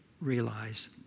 realize